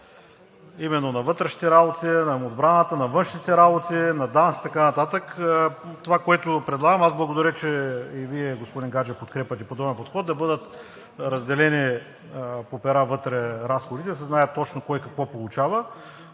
именно – на вътрешните работи, на отбраната, на външните работи, на ДАНС и така нататък. Това, което предлагам, аз благодаря, че и Вие, господин Гаджев, подкрепяте подобен подход, да бъдат разделени разходите вътре по пера, за да се знае точно кой какво получава.